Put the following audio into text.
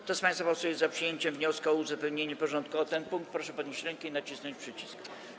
Kto z państwa posłów jest za przyjęciem wniosku o uzupełnienie porządku o ten punkt, proszę podnieść rękę i nacisnąć przycisk.